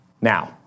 Now